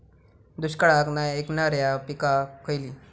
दुष्काळाक नाय ऐकणार्यो पीका खयली?